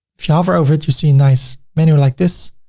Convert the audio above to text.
if you hover over it you see nice menu like this.